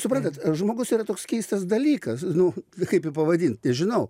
suprantat žmogus yra toks keistas dalykas nu kaip jį pavadint nežinau